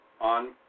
on